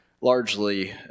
largely